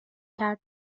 کرد